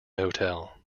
hotel